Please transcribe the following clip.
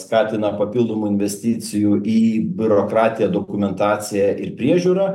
skatina papildomų investicijų į biurokratiją dokumentaciją ir priežiūrą